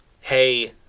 hey